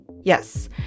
Yes